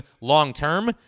long-term